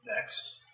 next